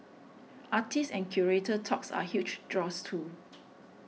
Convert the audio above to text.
artist and curator talks are huge draws too